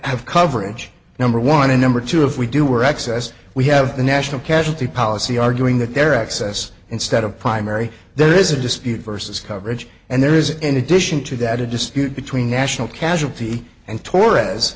have coverage number one and number two if we do or excess we have the national casualty policy arguing that their access instead of primary there is a dispute versus coverage and there is in addition to that a dispute between national casualty and to